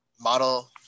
model